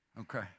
Okay